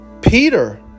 Peter